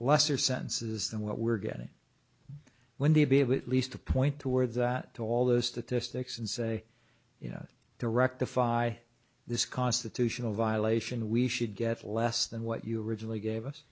lesser sentences than what we're getting when they be able at least to point towards that to all those statistics and say you know the rectify this constitutional violation we should get less than what you originally gave us